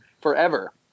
forever